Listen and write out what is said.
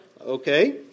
okay